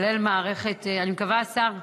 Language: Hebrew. השר,